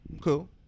Cool